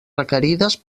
requerides